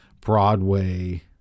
Broadway